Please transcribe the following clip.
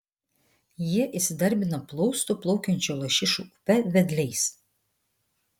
jie įsidarbino plaustų plaukiančių lašišų upe vedliais